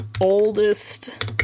oldest